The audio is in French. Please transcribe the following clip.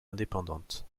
indépendante